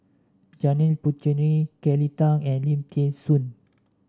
Janil Puthucheary Kelly Tang and Lim Thean Soo